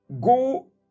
go